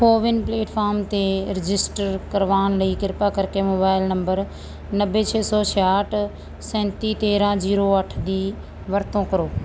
CoWIN platform 'ਤੇ register ਕਰਵਾਉਣ ਲਈ ਕਿਰਪਾ ਕਰਕੇ ਮੋਬਾਈਲ ਨੰਬਰ ਨੱਬੇ ਛੇ ਸੌ ਛਿਆਹਠ ਸੈਂਤੀ ਤੇਰਾਂ ਜੀਰੋ ਅੱਠ ਦੀ ਵਰਤੋਂ ਕਰੋ